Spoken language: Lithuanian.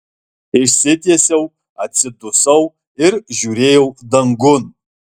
išsitiesiau atsidusau ir žiūrėjau dangun